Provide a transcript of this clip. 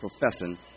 professing